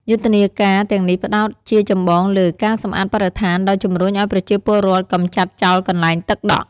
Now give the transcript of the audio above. យុទ្ធនាការទាំងនេះផ្តោតជាចម្បងលើ ការសម្អាតបរិស្ថាន ដោយជំរុញឱ្យប្រជាពលរដ្ឋកម្ចាត់ចោលកន្លែងទឹកដក់ ។